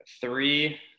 three